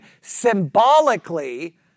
symbolically